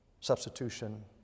substitution